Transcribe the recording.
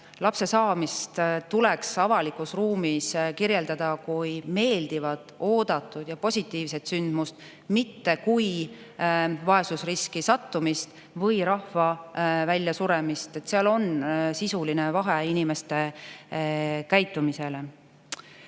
lapse saamist tuleks avalikus ruumis kirjeldada kui meeldivat, oodatud ja positiivset sündmust, mitte kui vaesusriski sattumist või rahva väljasuremist. Selle [mõjul] inimeste käitumisele